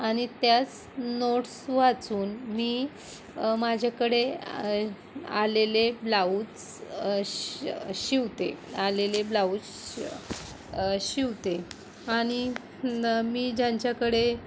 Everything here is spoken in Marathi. आणि त्याच नोट्स वाचून मी माझ्याकडे आलेले ब्लाऊज शि शिवते आलेले ब्लाऊज शि शिवते आणि न मी ज्यांच्याकडे